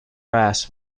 brass